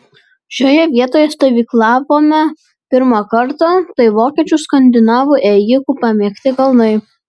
šioje vietoje stovyklavome pirmą kartą tai vokiečių skandinavų ėjikų pamėgti kalnai